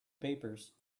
papers